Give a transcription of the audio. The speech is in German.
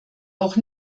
auch